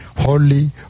Holy